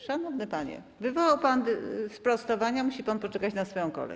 Szanowny panie, wywołał pan sprostowania, musi pan poczekać na swoją kolej.